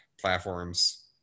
platforms